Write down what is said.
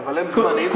בקצב של הכנסות האלה.